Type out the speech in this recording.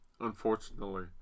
Unfortunately